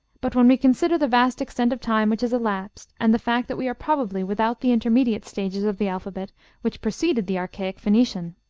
but when we consider the vast extent of time which has elapsed, and the fact that we are probably without the intermediate stages of the alphabet which preceded the archaic phoenician,